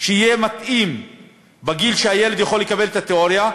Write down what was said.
שיהיה מתאים לגיל שהילד יכול לקבל את התיאוריה,